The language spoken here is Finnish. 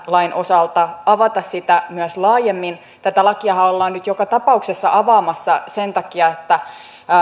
lain osalta avata sitä myös laajemmin tätä lakiahan ollaan nyt joka tapauksessa avaamassa sen takia että